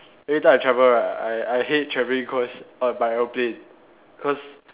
every time I travel right I I hate travelling cause err by aeroplane cause